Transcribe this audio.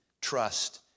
trust